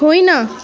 होइन